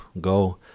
go